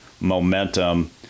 momentum